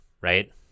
right